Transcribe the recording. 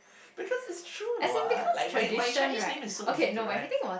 because is true like my my Chinese name is so easy to write